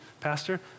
pastor